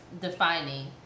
defining